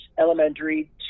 elementary